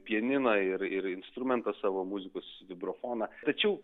pianiną ir ir instrumentą savo muzikos hidrofoną tačiau